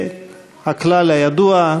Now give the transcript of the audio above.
והכלל הידוע,